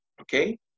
okay